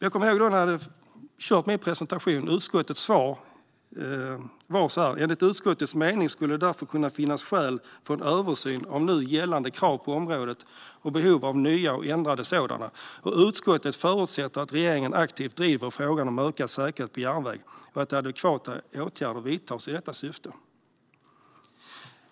När jag hade hållit min presentation var utskottets svar följande: "Enligt utskottets mening skulle det därför kunna finnas skäl för en översyn av nu gällande krav på området och behovet av nya eller ändrade sådana. Utskottet förutsätter att regeringen aktivt driver frågan om ökad säkerhet på järnväg och att adekvata åtgärder vidtas i detta syfte."